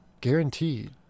guaranteed